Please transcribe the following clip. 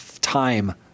time